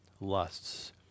lusts